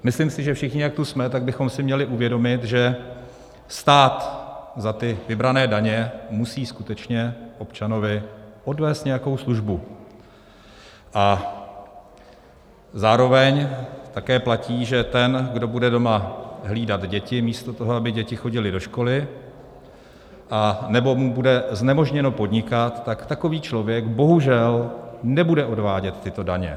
Myslím si, že všichni, jak tu jsme, bychom si měli uvědomit, že stát za ty vybrané daně musí skutečně občanovi odvést nějakou službu, a zároveň také platí, že ten, kdo bude doma hlídat děti místo toho, aby děti chodily do školy, anebo mu bude znemožněno podnikat, tak takový člověk bohužel nebude odvádět tyto daně.